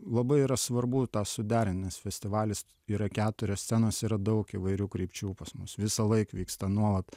labai yra svarbu tą suderint festivalis yra keturios scenos yra daug įvairių krypčių pas mus visąlaik vyksta nuolat